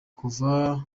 kuva